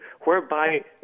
whereby